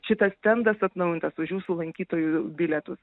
šitas stendas atnaujintas už jūsų lankytojų bilietus